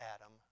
Adam